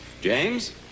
james